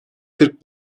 kırk